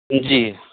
जी